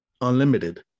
unlimited